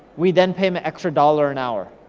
we then pay em an extra dollar an hour.